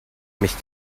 mich